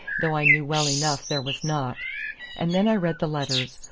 though i knew well enough there was not and then i read the letters,